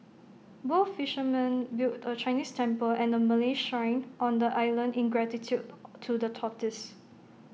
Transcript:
both fishermen built A Chinese temple and A Malay Shrine on the island in gratitude to the tortoise